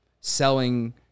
selling